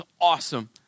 awesome